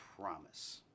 promise